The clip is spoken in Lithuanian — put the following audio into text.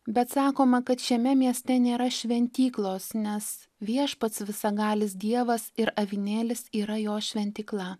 bet sakoma kad šiame mieste nėra šventyklos nes viešpats visagalis dievas ir avinėlis yra jos šventykla